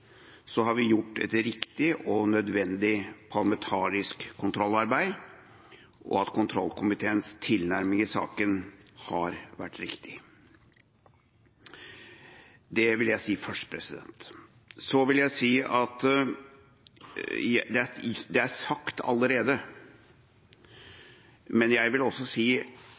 så har vi gjort et riktig og nødvendig parlamentarisk kontrollarbeid, og kontrollkomiteens tilnærming i saken har vært riktig. Det vil jeg si først. Så vil jeg si – det er sagt allerede, men jeg vil også si